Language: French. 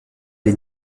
les